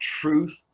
truth